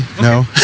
No